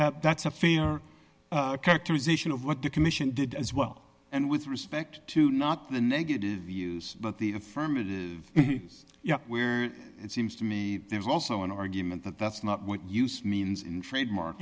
that that's a fair characterization of what the commission did as well and with respect to not the negative views but the affirmative where it seems to me there's also an argument that that's not what use means in trademark